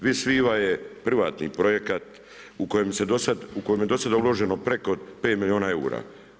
Vis Viva je privatni projekat u kojem je do sada uloženo preko 5 milijuna eura.